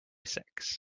six